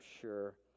sure